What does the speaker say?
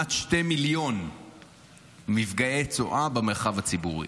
כמעט 2 מיליון מפגעי צואה במרחב הציבורי.